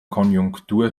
konjunktur